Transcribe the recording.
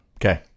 Okay